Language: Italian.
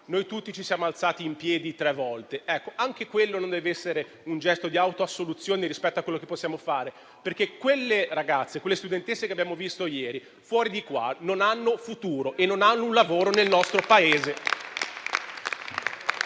noi tutti ci siamo alzati in piedi tre volte. Ecco, anche quello non deve essere un gesto di autoassoluzione rispetto a quello che possiamo fare. Ricordo infatti che le studentesse che abbiamo visto ieri fuori di qua non hanno futuro, non hanno un lavoro nel nostro Paese.